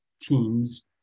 teams